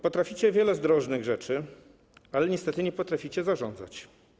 Potraficie wiele zdrożnych rzeczy, ale niestety nie potraficie zarządzać.